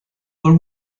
were